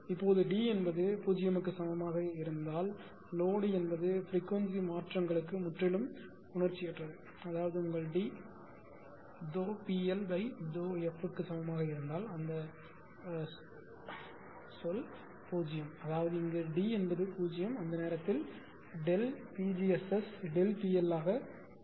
இப்போது D என்பது 0 க்கு சமமாக இருந்தால் லோடு என்பது பிரிக்வன்சி மாற்றங்களுக்கு முற்றிலும் உணர்ச்சியற்றது அதாவது உங்கள் D PL∂f க்கு சமமாக இருந்தால் அந்த சொல் 0 அதாவது இங்கு D என்பது 0 அந்த நேரத்தில் PgSS PLஆக மாறும்